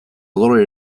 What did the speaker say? odol